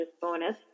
bonus